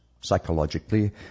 psychologically